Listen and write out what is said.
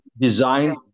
Designed